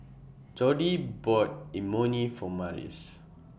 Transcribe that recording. Jordi bought Imoni For Marius